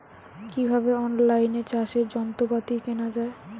কিভাবে অন লাইনে চাষের যন্ত্রপাতি কেনা য়ায়?